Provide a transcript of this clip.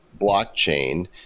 blockchain